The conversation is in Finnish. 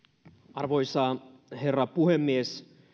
arvoisa herra puhemies